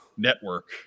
network